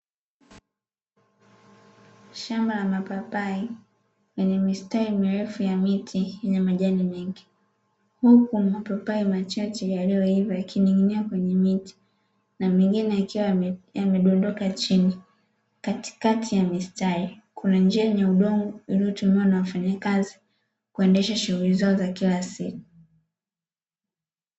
Shamba la mapapai, lenye mistari mirefu ya miti yenye majani mengi, huku mapapai machache yaliyoiva yakining'inia kwenye miti na mengine yakiwa yamedondoka chini. Katikati ya mistari kuna njia yenye udongo unaotumiwa na wafanyakazi kuendesha shughuli zao za kila siku.